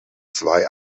zwei